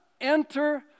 enter